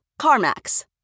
CarMax